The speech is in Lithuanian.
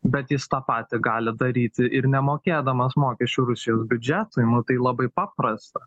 bet jis tą patį gali daryti ir nemokėdamas mokesčių rusijos biudžetui tai labai paprasta